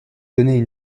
donnaient